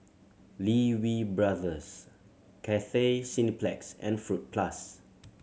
Lee Wee Brothers Cathay Cineplex and Fruit Plus